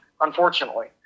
unfortunately